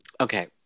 Okay